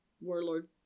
warlord